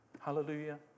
Hallelujah